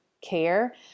care